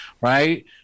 right